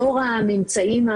לאור הממצאים,